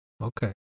okay